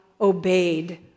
obeyed